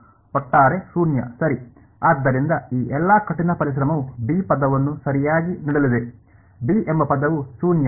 ಒಟ್ಟಾರೆ ಶೂನ್ಯ ಸರಿ ಆದ್ದರಿಂದ ಈ ಎಲ್ಲಾ ಕಠಿಣ ಪರಿಶ್ರಮವು ಬಿ ಪದವನ್ನು ಸರಿಯಾಗಿ ನೀಡಲಿದೆ ಬಿ ಎಂಬ ಪದವು ಶೂನ್ಯ ಸರಿ